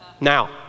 Now